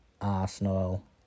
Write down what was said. Arsenal